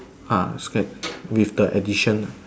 uh scared with the addition